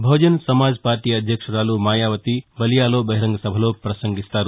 బహుజన Samaj Party అధ్యక్షురాలు మాయావతి బలియాలో బహిరంగ సభలో పసంగిస్తారు